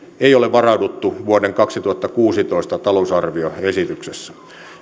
ei ole varauduttu vuoden kaksituhattakuusitoista talousarvioesityksessä